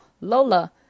Lola